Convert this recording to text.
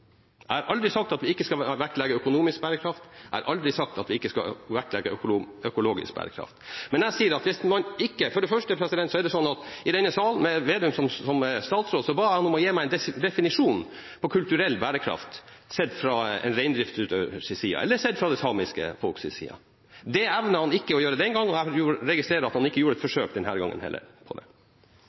Jeg har aldri sagt at vi ikke skal vektlegge økonomisk bærekraft. Jeg har aldri sagt at vi ikke skal vektlegge økologisk bærekraft. For det første er det sånn at jeg i denne salen, da Slagsvold Vedum var statsråd, ba ham om å gi meg en definisjon på kulturell bærekraft sett fra en reindriftsutøvers side, eller sett fra det samiske folks side. Det evnet han ikke å gjøre den gang, og jeg registrerer at han ikke gjorde et forsøk på det denne gangen heller. For at reindriften skal være en kulturbærer for det